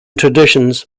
traditions